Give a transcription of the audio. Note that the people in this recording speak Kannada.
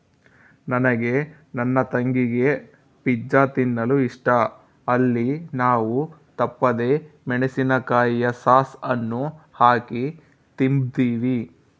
ನನಗೆ ನನ್ನ ತಂಗಿಗೆ ಪಿಜ್ಜಾ ತಿನ್ನಲು ಇಷ್ಟ, ಅಲ್ಲಿ ನಾವು ತಪ್ಪದೆ ಮೆಣಿಸಿನಕಾಯಿಯ ಸಾಸ್ ಅನ್ನು ಹಾಕಿ ತಿಂಬ್ತೀವಿ